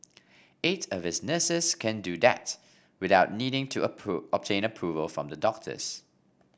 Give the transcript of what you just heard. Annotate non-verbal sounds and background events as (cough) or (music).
eight of its nurses can do that without needing to (unintelligible) obtain approval from the doctors